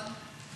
נכון.